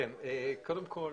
קודם כל,